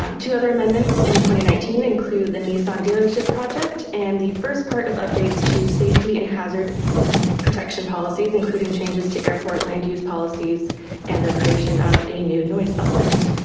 um two other amendments and nineteen include the nissan dealership project. and the first part of updates to safety and hazard protection policies including changes to airport land use policies and a creation of a new noise element.